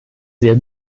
sehr